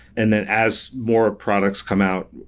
and then as more products come out,